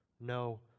No